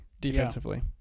defensively